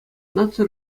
наци